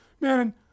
Man